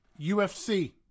UFC